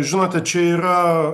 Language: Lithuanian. žinote čia yra